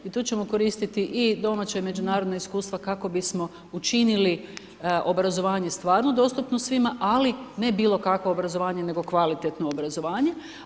I tu ćemo koristiti i domaća i međunarodna iskustva kako bismo učinili obrazovanje stvarno dostupno svima ali ne bilo kakvo obrazovanje nego kvalitetno obrazovanje.